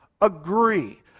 agree